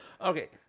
Okay